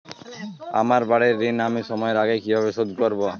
আমার বাড়ীর ঋণ আমি সময়ের আগেই কিভাবে শোধ করবো?